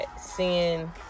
seeing